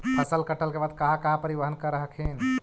फसल कटल के बाद कहा कहा परिबहन कर हखिन?